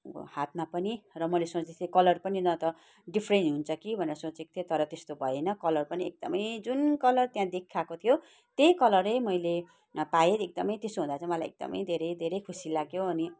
हातमा पनि र मैले सोचेको थिए कलर पनि न त डिफरेन्ट हुन्छ कि भनेर सोचेको थिएँ तर त्यस्तो भएन कलर पनि एकदमै जुन कलर त्यहाँ देखाएको थियो त्यही कलर नै मैले पाएँ एकदमै त्यसो हुँदा चाहिँ मलाई एकदमै धेरै धेरै खुसी लाग्यो अनि